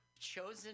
chosen